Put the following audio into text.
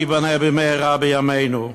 שייבנה במהרה בימינו?